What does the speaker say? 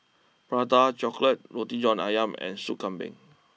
Prata chocolate Roti John Ayam and Soup Kambing